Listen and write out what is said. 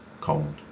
cold